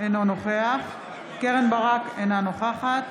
אינו נוכח קרן ברק, אינה נוכחת